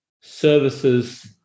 services